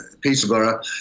Peterborough